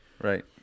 Right